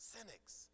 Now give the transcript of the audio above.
Cynics